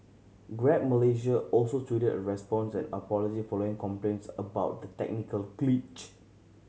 Grab Malaysia also tweeted a response and apology following complaints about the technical glitch